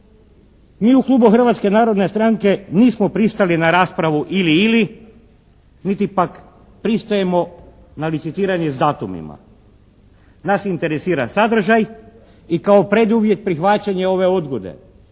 Mi u klubu Hrvatske narodne stranke nismo pristali na raspravu ili/ili niti pak pristajemo na licitiranje s datumima. Nas interesira sadržaj i kao preduvjet prihvaćanje ove odgode